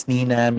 Nina